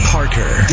Parker